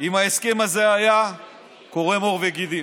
מאוד אם ההסכם הזה היה קורם עור וגידים.